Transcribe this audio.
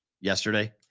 yesterday